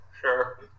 Sure